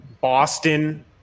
boston